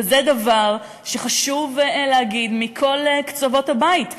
וזה דבר שחשוב להגיד מכל קצוות הבית,